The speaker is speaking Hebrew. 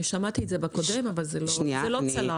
שמעתי את זה בפעם הקודמת אבל זה לא צלח.